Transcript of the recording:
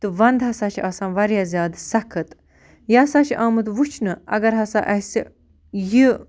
تہٕ وَنٛدٕ ہَسا چھِ آسان واریاہ زیادٕ سخت یہِ ہَسا چھِ آمُت وٕچھنہٕ اگر ہَسا اَسہِ یہِ